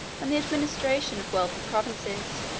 and the administration of wealthy provinces,